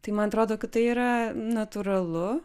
tai man atrodo kad tai yra natūralu